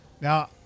Now